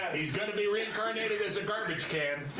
he's gonna be reincarnated as a garbage can.